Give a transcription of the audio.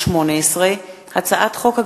פ/2658/18 וכלה בהצעת חוק פ/2673/18,